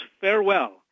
farewell